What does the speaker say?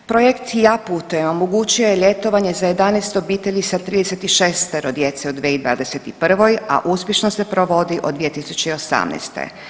Projekt I ja putujem omogućio je ljetovanje za 11 obitelji sa 36 djece u 2021., a uspješno se provodi od 2018.